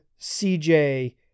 CJ